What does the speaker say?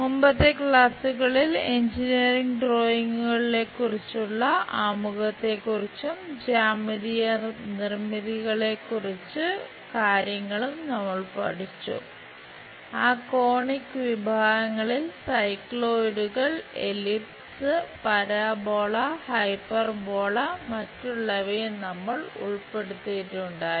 മുമ്പത്തെ ക്ലാസുകളിൽ എഞ്ചിനീയറിംഗ് ഡ്രോയിംഗുകളിലേക്കുള്ള മറ്റുള്ളവയും നമ്മൾ ഉൾപ്പെടുത്തിയിട്ടുണ്ടായിരുന്നു